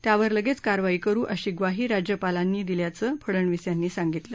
त्यावर लगेच कारवाई करु अशी ग्वाही राज्यपालांनी दिल्याचं फडनवीस यांनी सांगितलं